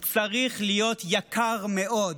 הוא צריך להיות יקר מאוד.